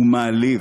הוא מעליב,